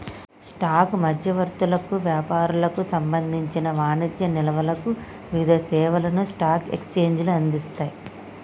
stock మధ్యవర్తులకు, వ్యాపారులకు సంబంధించిన వాణిజ్య నిల్వలకు వివిధ సేవలను స్టాక్ ఎక్స్చేంజ్లు అందిస్తయ్